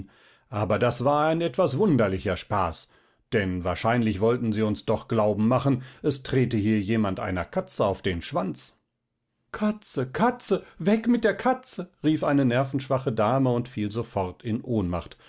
aber das war ein etwas wunderlicher spaß denn wahrscheinlich wollten sie uns doch glauben machen es trete hier jemand einer katze auf den schwanz katze katze weg mit der katze rief eine nervenschwache dame und fiel sofort in ohnmacht